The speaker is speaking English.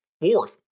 fourth